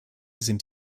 sind